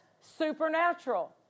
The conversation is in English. supernatural